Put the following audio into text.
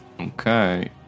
Okay